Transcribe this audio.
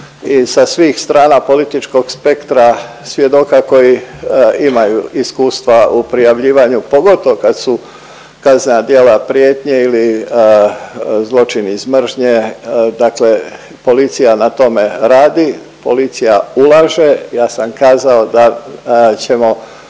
i sa svih strana političkog spektra svjedoka koji imaju iskustva u prijavljivanju, pogotovo kad su kaznena djela prijetnje ili zločini iz mržnje, dakle policija na tome radi, policija ulaže. Ja sam kazao da ćemo